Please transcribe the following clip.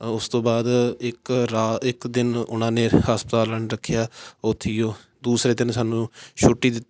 ਉਸ ਤੋਂ ਬਾਅਦ ਇੱਕ ਰਾ ਇੱਕ ਦਿਨ ਉਹਨਾਂ ਨੇ ਹਸਪਤਾਲਾਂ ਵਾਲਿਆਂ ਨੇ ਰੱਖਿਆ ਉੱਥੇ ਹੀ ਓ ਦੂਸਰੇ ਦਿਨ ਸਾਨੂੰ ਛੁੱਟੀ ਦਿੱਤੀ